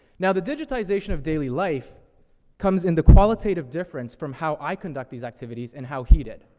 now, the digitization of daily life comes in the qualitative difference from how i conduct these activities and how he did.